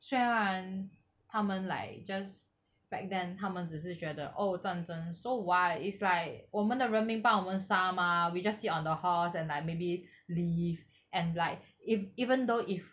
虽然他们 like just back then 他们只是觉得 oh 战争 so why is like 我们的人民帮我们杀吗 we just sit on the horse and like maybe live and like if even though if